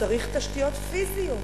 צריכים תשתיות פיזיות.